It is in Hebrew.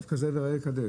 טוב, כזה ראה וקדש.